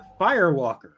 Firewalker